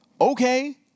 okay